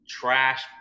trash